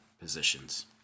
positions